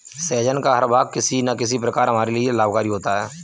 सहजन का हर भाग किसी न किसी प्रकार हमारे लिए लाभकारी होता है